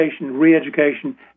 re-education